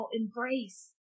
embrace